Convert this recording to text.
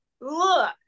look